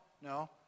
no